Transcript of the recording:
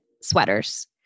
sweaters